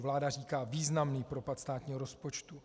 Vláda říká významný propad státního rozpočtu.